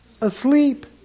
Asleep